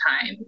time